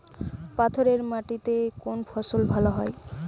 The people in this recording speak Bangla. পাথরে মাটিতে কোন ফসল ভালো হয়?